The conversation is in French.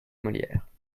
molière